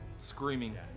Screaming